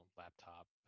laptop